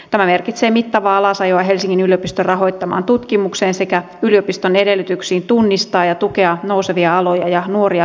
tämä merkitsee mittavaa alasajoa helsingin yliopiston rahoittamaan tutkimukseen sekä yliopiston edellytyksiin tunnistaa ja tukea nousevia aloja ja nuoria kykyjä